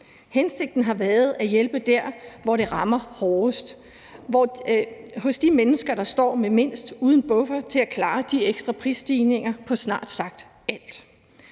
Hensigten har været at hjælpe dér, hvor det rammer hårdest, nemlig hos de mennesker, der står med mindst og uden buffer til at klare de ekstra prisstigninger på snart sagt alt.